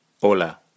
Hola